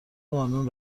قانون